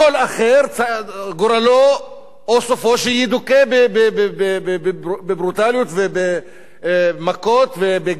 גורלו או סופו שידוכא בברוטליות ובמכות ובגרירת אנשים.